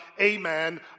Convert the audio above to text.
amen